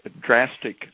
drastic